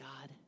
God